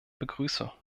begrüße